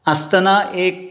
आसतना एक